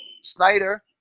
Snyder